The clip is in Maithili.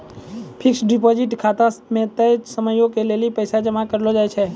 फिक्स्ड डिपॉजिट खाता मे तय समयो के लेली पैसा जमा करलो जाय छै